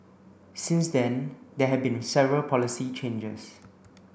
since then there had been several policy changes